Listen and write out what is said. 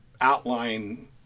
outline